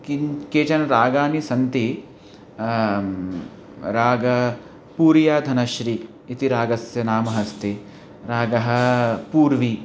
किं केचन रागाः सन्ति रागः पूरियाधनश्री इति रागस्य नाम अस्ति रागः पूर्वि